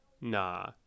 nah